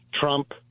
Trump